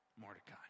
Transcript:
Mordecai